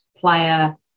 player